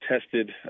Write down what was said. tested